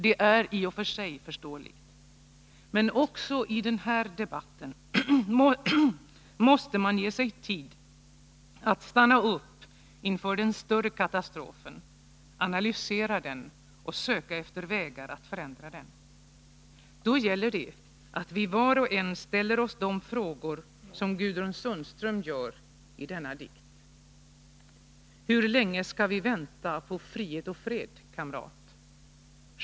Det är i och för sig förståeligt. Men också i den här debatten måste man ge sig tid att stanna upp inför den större katastrofen, analysera den och söka efter vägar att förändra den. Då gäller det att vi var och en ställer oss de frågor som Gudrun Sundström gör i denna dikt. på frihet och fred, kamrat?